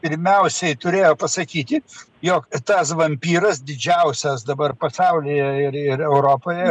pirmiausiai turėjo pasakyti jog tas vampyras didžiausias dabar pasaulyje ir europoje